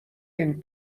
این